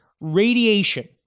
radiation